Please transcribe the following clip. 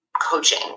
coaching